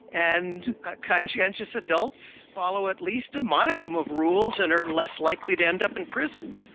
and conscientious adults follow at least a modicum of rules and are less likely to end up in prison.